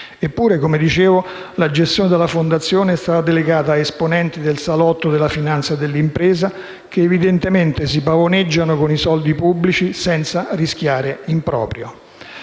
Eppure - come dicevo - la gestione della Fondazione è stata delegata a esponenti del salotto della finanza e dell'impresa, che evidentemente si pavoneggiano con i soldi pubblici senza rischiare in proprio.